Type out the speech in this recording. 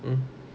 mm